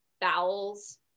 bowels